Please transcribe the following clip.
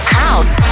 house